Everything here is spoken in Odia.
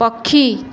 ପକ୍ଷୀ